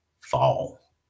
fall